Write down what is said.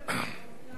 אני לא מבינה,